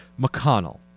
McConnell